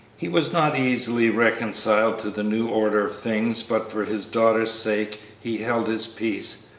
he was not easily reconciled to the new order of things, but for his daughter's sake he held his peace.